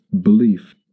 belief